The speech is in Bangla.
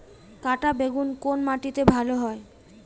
কাঁটা বেগুন কোন মাটিতে ভালো হয়?